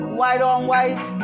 white-on-white